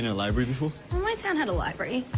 you know library before? well, my town had a library.